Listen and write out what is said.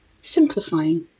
simplifying